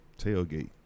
tailgate